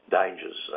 dangers